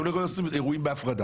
אתם לא יכולים לעשות אירועים בהפרדה.